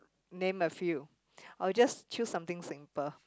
name a few I'll just choose something simple